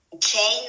chain